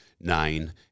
nine